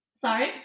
Sorry